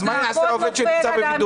אז מה יעשה עובד שנמצא בבידוד?